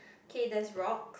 okay there's rocks